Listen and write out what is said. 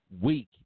week